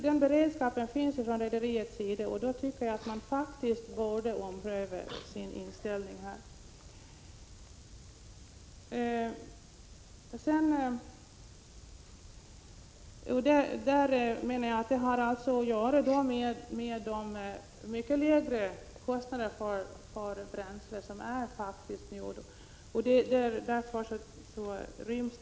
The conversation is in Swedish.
Då beredskap från rederiets sida finns, tycker jag att man faktiskt borde ompröva sin inställning härvidlag. Nu är ju bränslekostnaderna lägre, varför det hela ryms inom nuvarande kostnadsram.